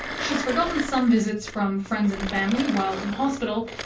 she has forgotten some visits from friends and family while in hospital,